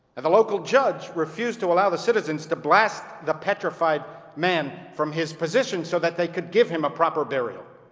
and the local judge refused to allow the citizens to blast the petrified man from his position so they could give him a proper burial.